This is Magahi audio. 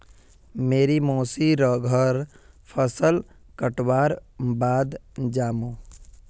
मी मोसी र घर फसल कटवार बाद जामु